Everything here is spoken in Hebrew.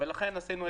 לכן עשינו את התיקון.